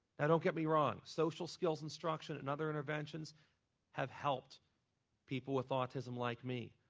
now don't get me wrong, social skills instruction and other interventions have helped people with autism like me.